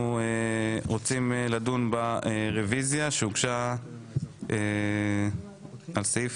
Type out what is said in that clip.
אנחנו רוצים לדון ברוויזיה שהוגשה על סעיף